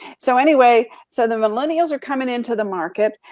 so anyway, so the millennials are coming into the market.